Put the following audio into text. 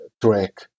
track